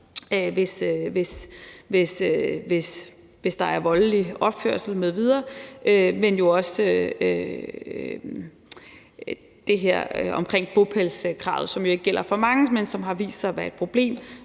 hvis der er voldelig opførsel m.v., men også det her omkring bopælskravet, som jo ikke gælder for mange, men som har vist sig at være et problem.